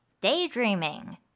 daydreaming